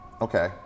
Okay